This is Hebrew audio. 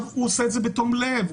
הוא עושה את זה בתום לב,